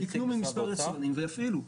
יקנו ממספר יצרנים ויפעילו.